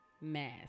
mass